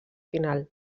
final